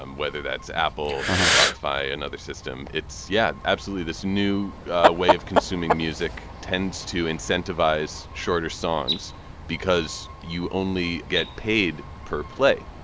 um whether that's apple, spotify, another system. it's yeah, absolutely. this new way of consuming music tends to incentivize shorter songs because you only get paid per play.